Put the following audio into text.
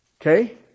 Okay